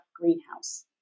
greenhouse